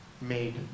made